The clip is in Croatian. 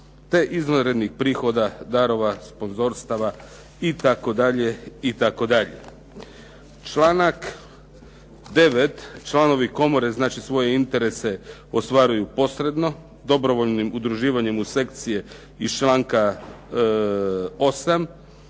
te izvanrednih prihoda, darova, sponzorstava itd. Članak 9., članovi komore znači svoje interese ostvaruju posredno, dobrovoljnim udruživanjem u sekcije iz članka 8.